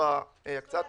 85א(ד)(4) --- זאת אומרת,